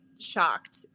shocked